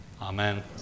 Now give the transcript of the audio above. Amen